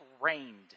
rained